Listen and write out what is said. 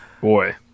boy